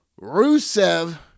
Rusev